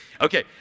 Okay